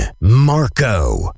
Marco